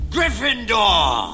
Gryffindor